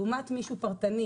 לעומת מישהו פרטני,